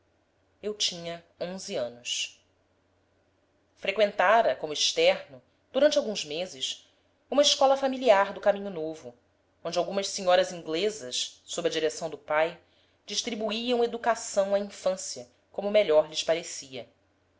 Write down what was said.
eu tinha onze anos freqüentara como externo durante alguns meses uma escola familiar do caminho novo onde algumas senhoras inglesas sob a direção do pai distribuíam educação à infância como melhor lhes parecia